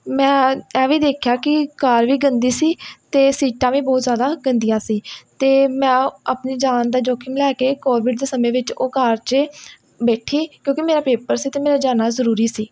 ਮੈਂ ਇਹ ਵੀ ਦੇਖਿਆ ਕਿ ਕਾਰ ਵੀ ਗੰਦੀ ਸੀ ਅਤੇ ਸੀਟਾਂ ਵੀ ਬਹੁਤ ਜ਼ਿਆਦਾ ਗੰਦੀਆਂ ਸੀ ਅਤੇ ਮੈਂ ਆਪਣੀ ਜਾਨ ਦਾ ਜੋਖਿਮ ਲੈ ਕੇ ਕੋਵਿਡ ਦੇ ਸਮੇਂ ਵਿੱਚ ਉਹ ਕਾਰ 'ਚ ਬੈਠੀ ਕਿਉਂਕਿ ਮੇਰਾ ਪੇਪਰ ਸੀ ਅਤੇ ਮੇਰਾ ਜਾਣਾ ਜ਼ਰੂਰੀ ਸੀ